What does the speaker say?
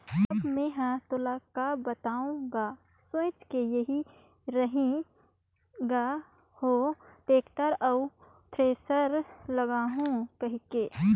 अब मे हर तोला का बताओ गा सोच के एही रही ग हो टेक्टर अउ थेरेसर लागहूँ कहिके